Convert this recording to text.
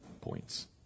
points